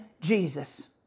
Jesus